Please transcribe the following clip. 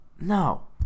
No